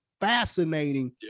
fascinating